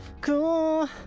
cool